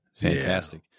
Fantastic